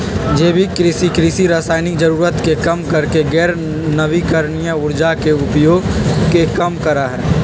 जैविक कृषि, कृषि रासायनिक जरूरत के कम करके गैर नवीकरणीय ऊर्जा के उपयोग के कम करा हई